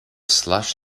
slush